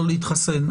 לא להתחסן.